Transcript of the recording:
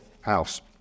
house